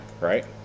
right